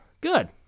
good